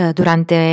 durante